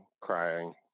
crying